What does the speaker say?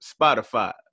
Spotify